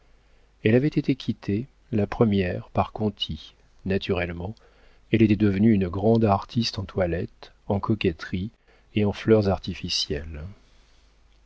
elle avait été quittée la première par conti naturellement elle était devenue une grande artiste en toilette en coquetterie et en fleurs artificielles